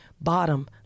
bottom